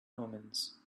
omens